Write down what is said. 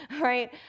right